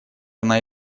она